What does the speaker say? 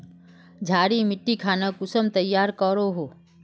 क्षारी मिट्टी खानोक कुंसम तैयार करोहो?